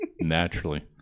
Naturally